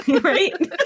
Right